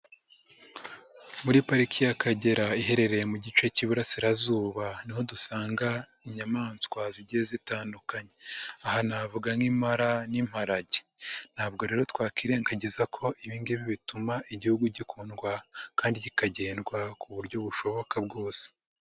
Muri pariki y'Akagera iherereye mu gice k'Iburasirazuba ni ho dusanga inyamaswa zigiye zitandukanye aha navuga nk'impara n'imparage, ntabwo rero twakwirengagiza ko ibi ngibi bituma Igihugu gikundwa kandi kikagendwa ku buryo bushoboka bwose.